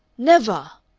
never!